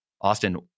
Austin